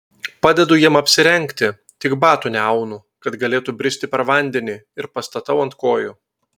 padedu jam apsirengti tik batų neaunu kad galėtų bristi per vandenį ir pastatau ant kojų